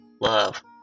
love